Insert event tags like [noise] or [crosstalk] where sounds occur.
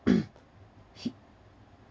[coughs]